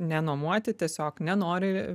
nenuomoti tiesiog nenori